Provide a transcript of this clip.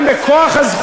ולכן, בכוח הזכות,